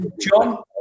John